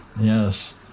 Yes